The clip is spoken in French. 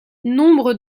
nombre